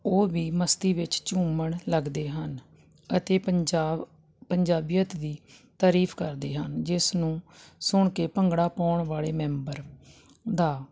ਉਹ ਵੀ ਮਸਤੀ ਵਿੱਚ ਝੂੰਮਣ ਲੱਗਦੇ ਹਨ ਅਤੇ ਪੰਜਾਬ ਪੰਜਾਬੀਅਤ ਵੀ ਤਾਰੀਫ ਕਰਦੇ ਹਾਂ ਜਿਸ ਨੂੰ ਸੁਣ ਕੇ ਭੰਗੜਾ ਪਾਉਣ ਵਾਲੇ ਮੈਂਬਰ ਦਾ